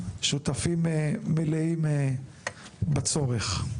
שותפים מלאים בצורך.